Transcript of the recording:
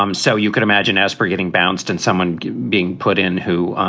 um so you can imagine asper getting bounced and someone being put in who